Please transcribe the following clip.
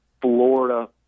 Florida